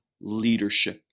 leadership